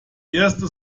erste